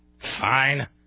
Fine